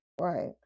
Right